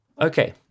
Okay